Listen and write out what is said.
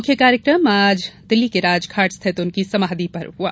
मुख्य कार्यक्रम आज दिल्ली के राजघाट स्थित उनकी समाधि पर हुआ